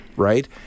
Right